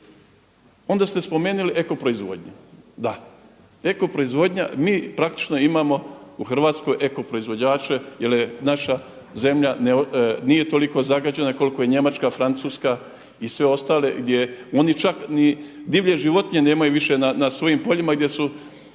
Onda ste spomenuli eko proizvodnju, da eko proizvodnja, mi praktično imamo u Hrvatskoj eko proizvođače jer je naša zemlja nije toliko zagađena koliko je Njemačka, Francuska i sve ostale. Oni čak ni divlje životinje nemaju više na svojim poljima gdje su